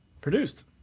produced